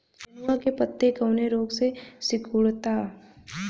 नेनुआ के पत्ते कौने रोग से सिकुड़ता?